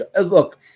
Look